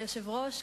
כבוד היושב-ראש,